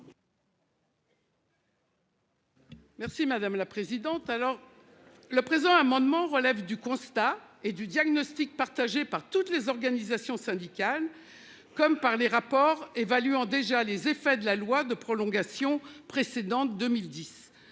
Merci madame la présidente. Alors le présent amendement relève du constat et du diagnostic partagé par toutes les organisations syndicales. Comme par les rapports évaluant déjà les effets de la loi de prolongation précédente 2010.